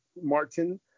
Martin